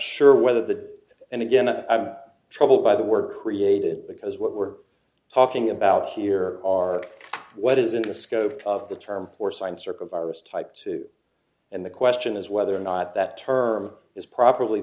sure whether that and again i'm troubled by the word created because what we're talking about here are what isn't the scope of the term force i'm circovirus type two and the question is whether or not that term is pro